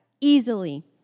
easily